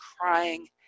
crying